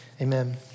amen